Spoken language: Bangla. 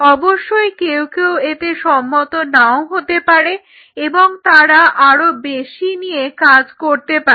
অবশ্যই কেউ কেউ এতে সম্মত নাও হতে পারে এবং তারা আরো বেশি নিয়ে কাজ করতে পারে